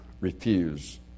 refuse